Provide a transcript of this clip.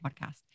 podcast